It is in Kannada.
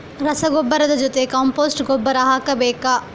ರಸಗೊಬ್ಬರದ ಜೊತೆ ಕಾಂಪೋಸ್ಟ್ ಗೊಬ್ಬರ ಹಾಕಬೇಕಾ?